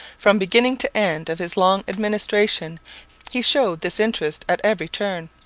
from beginning to end of his long administration he showed this interest at every turn.